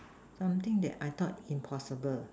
something that I thought impossible